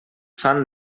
fan